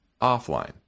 offline